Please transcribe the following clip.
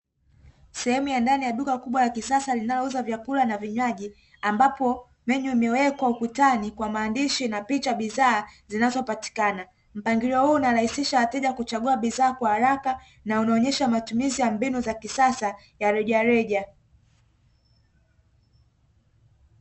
Sehemu ya ndani ya duka kubwa la kisasa linalouza vyakula na vinywaji ambapo menyu imewekwa ukutani kwa maandishi na picha bidhaa zinazopatikana, mpangilio wa huu anarahisisha wateja kuchagua bidhaa kwa haraka na unaonyesha matumizi ya mbinu za kisasa ya rejareja.